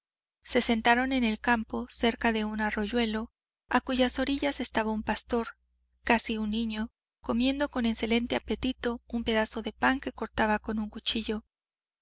se sentaron en el campo cerca de un arroyuelo a cuyas orillas estaba un pastor casi un niño comiendo con excelente apetito un pedazo de pan que cortaba con un cuchillo